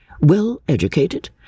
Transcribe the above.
Well-educated